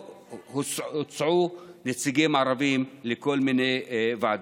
הוצעו נציגים ערבים לכל מיני ועדות.